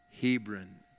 Hebron